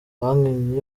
banki